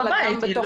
זה גם בתוך הבית.